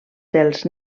dels